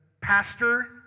pastor